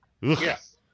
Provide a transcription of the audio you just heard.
Yes